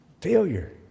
Failure